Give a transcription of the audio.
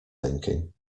thinking